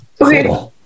Okay